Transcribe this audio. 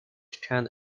can